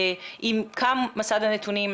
אם קם מסד הנתונים,